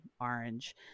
orange